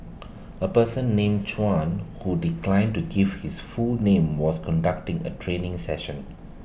A person named Chuan who declined to give his full name was conducting A training session